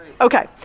Okay